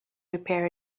prepare